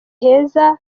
heza